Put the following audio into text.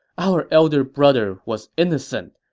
our elder brother was innocent,